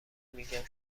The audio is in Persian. میگم